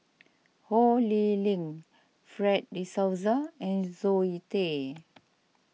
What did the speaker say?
Ho Lee Ling Fred De Souza and Zoe Tay